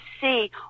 see